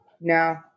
No